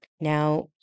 Now